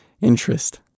interest